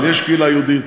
אבל יש קהילה יהודית,